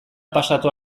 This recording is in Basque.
pasatu